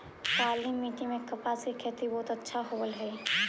काली मिट्टी में कपास की खेती बहुत अच्छा होवअ हई